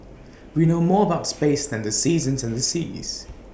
we know more about space than the seasons and the seas